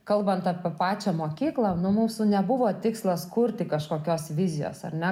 kalbant apie pačią mokyklą nu mūsų nebuvo tikslas kurti kažkokios vizijos ar ne